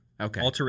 Okay